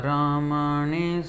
Ramani